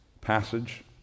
passage